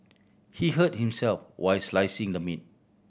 he hurt himself while slicing the meat